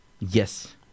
Yes